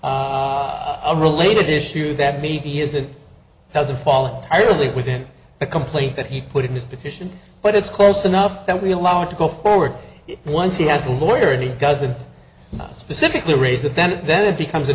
a related issue that maybe isn't hasn't fallen terribly within the complaint that he put in his petition but it's close enough that we allow it to go forward once he has a lawyer and he doesn't not specifically raise it then then it becomes a